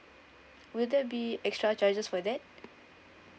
will there be extra charges for that